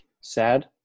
Sad